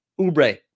Ubre